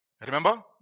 Remember